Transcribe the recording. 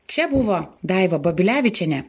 čia buvo daiva babilevičienė